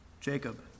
Jacob